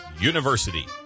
University